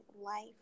life